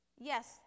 yes